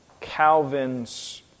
Calvin's